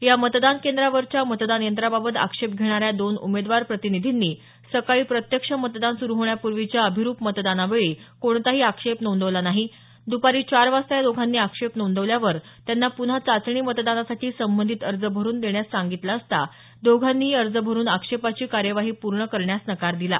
या मतदान केंद्रावरच्या मतदान यंत्राबाबत आक्षेप घेणाऱ्या दोन उमेदवार प्रतिनिधींनी सकाळी प्रत्यक्ष मतदान सुरू होण्यापूर्वीच्या अभिरुप मतदानावेळी कोणताही आक्षेप नोंदवला नाही दुपारी चार वाजता या दोघांनी आक्षेप नोंदवल्यावर त्यांना पुन्हा चाचणी मतदानासाठी संबंधित अर्ज भरून देण्यास सांगितलं असता दोघांनीही अर्ज भरून आक्षेपाची कार्यवाही पूर्ण करण्यास नकार दिला